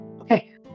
Okay